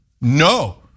no